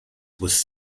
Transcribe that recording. was